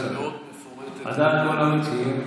התשובה הייתה מאוד מפורטת, אפשר להסתפק.